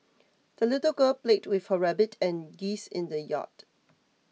the little girl played with her rabbit and geese in the yard